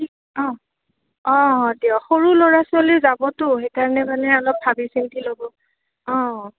অঁ অঁ অঁ দিয়ক সৰু ল'ৰা ছোৱালীও যাবতো সেইকাৰণে মানে অলপ ভাবি চিন্তি ল'ব অঁ